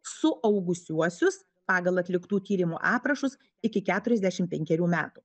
suaugusiuosius pagal atliktų tyrimų aprašus iki keturiasdešimt penkerių metų